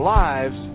lives